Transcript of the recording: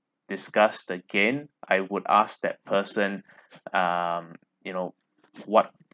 discussed again I would ask that person um you know what